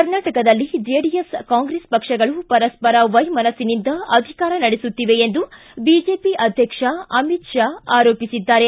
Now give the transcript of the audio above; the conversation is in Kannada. ಕರ್ನಾಟಕದಲ್ಲಿ ಜೆಡಿಎಸ್ ಕಾಂಗ್ರೆಸ್ ಪಕ್ಷಗಳು ಪರಸ್ಪರ ವೈಮನಸ್ಸಿನಿಂದ ಅಧಿಕಾರ ನಡೆಸುತ್ತಿವೆ ಎಂದು ಬಿಜೆಪಿ ಅಧ್ಯಕ್ಷ ಅಮಿತ್ ಷಾ ಆರೋಪಿಸಿದ್ದಾರೆ